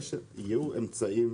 יהיו אמצעים.